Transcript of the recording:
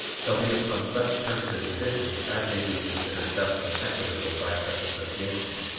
shall be upon such terms and conditions as may be considered just and equitable by such association.